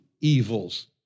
evils